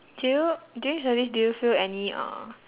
do you during service do you feel any uh